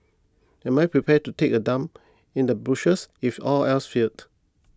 am I prepared to take a dump in the bushes if all else failed